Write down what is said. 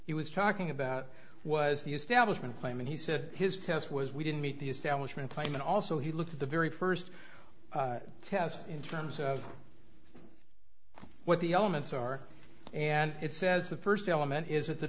he was talking about was the establishment claiming he said his test was we didn't meet the establishment claim and also he looked at the very first test in terms of what the elements are and it says the first element is